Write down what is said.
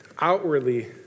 Outwardly